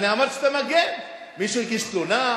אני אמרתי שאתה מגן: מישהו הגיש תלונה?